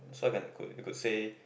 so I can could you could say